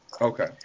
Okay